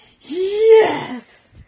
Yes